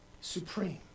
supreme